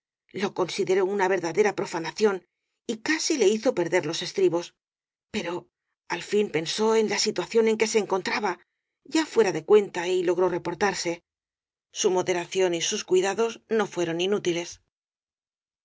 lo consideró una verdadera profanación y casi le hizo perder los estribos pero al fin pensó en la si tuación en que se encontraba ya fuera de cuenta y logró reportarse su moderación y sus cuidados no fueron inútiles